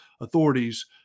authorities